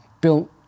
built